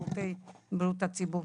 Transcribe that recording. התשפ"ב-2022.